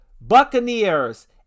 buccaneers